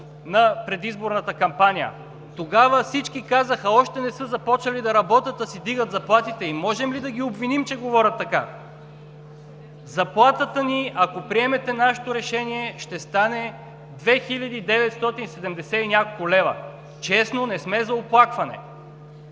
на предизборната кампания. Тогава всички казаха: още не са започнали да работят, а си вдигат заплатите! И можем ли да ги обвиним, че говорят така? Заплатата ни, ако приемете нашето решение, ще стане 2 хил. 970 и няколко лева. Честно, не сме се оплаквали!